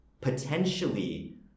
potentially